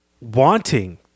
wanting